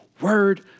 word